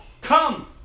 come